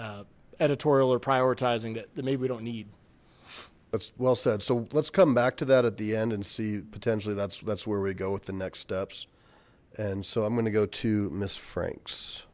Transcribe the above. editorial or prioritizing that maybe we don't need that's well said so let's come back to that at the end and see potentially that's that's where we go with the next steps and so i'm gonna go to miss franks